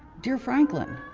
dear franklin,